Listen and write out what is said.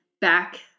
back